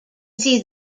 see